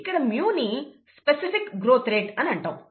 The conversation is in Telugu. ఇక్కడ μని స్పెసిఫిక్ గ్రోత్ రేట్ అంటాము